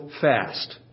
fast